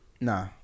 Nah